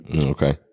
Okay